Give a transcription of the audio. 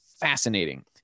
fascinating